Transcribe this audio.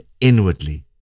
inwardly